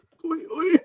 completely